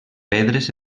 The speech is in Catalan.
pedres